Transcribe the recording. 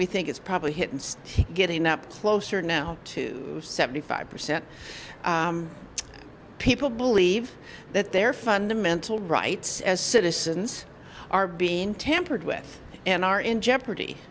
we think it's probably hit and getting up closer now to seventy five percent people believe that their fundamental rights as citizens are being tampered with and are in jeopardy